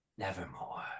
Nevermore